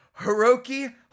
Hiroki